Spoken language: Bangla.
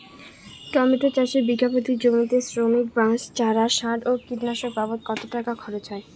টমেটো চাষে বিঘা প্রতি জমিতে শ্রমিক, বাঁশ, চারা, সার ও কীটনাশক বাবদ কত টাকা খরচ হয়?